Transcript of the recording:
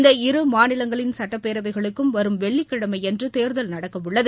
இந்த இரு மாநிலங்களின் சுட்டப்பேரவைகளுக்கு வரும் வெள்ளி கிழமையன்று தேர்தல் நடக்க உள்ளது